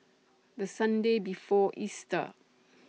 The Sunday before Easter